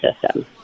system